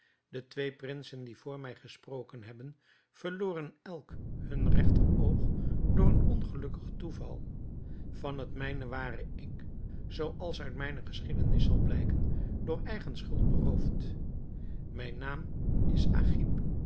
de twee prinsen die vr mij gesproken hebben verloren elk hun regter oog door een ongelukkig toeval van het mijne ware ik zoo als uit mijne geschiedenis zal blijken door eigen schuld beroofd mijn naam is